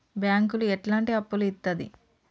బ్యాంకులు ఎట్లాంటి అప్పులు ఇత్తది?